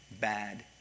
bad